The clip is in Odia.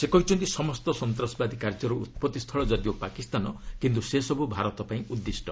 ସେ କହିଛନ୍ତି ସମସ୍ତ ସନ୍ତାସବାଦୀ କାର୍ଯ୍ୟର ଉତ୍ପତ୍ତି ସ୍ଥଳ ଯଦିଓ ପାକିସ୍ତାନ କିନ୍ତୁ ସେ ସବୁ ଭାରତ ପାଇଁ ଉଦ୍ଦିଷ୍ଟ